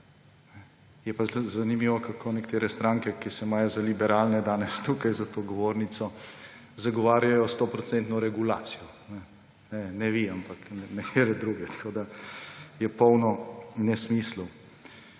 Je pa zanimivo, kako nekatere stranke, ki se imajo za liberalne, danes tukaj za to govornico zagovarjajo stoodstotno regulacijo; ne vi, ampak nekatere druge, tako da je polno nesmislov.